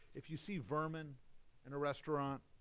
if you see vermin in a restaurant,